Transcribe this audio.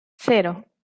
cero